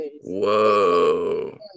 Whoa